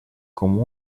com